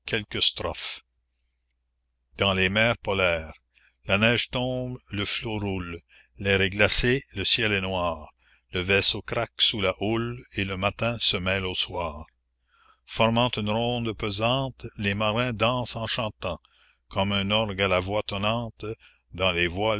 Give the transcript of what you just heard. quelques strophes la neige tombe le flot roule l'air est glacé le ciel est noir le vaisseau craque sous la houle et le matin se mêle au soir formant une ronde pesante les marins dansent en chantant comme un orgue à la voix tonnante dans les voiles